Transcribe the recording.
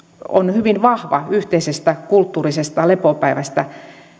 on hyvin vahva yhteisestä kulttuurisesta lepopäivästä